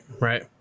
right